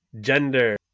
gender